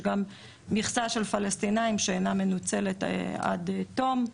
גם מכסה של פלסטינים שאינה מנוצלת עד תום,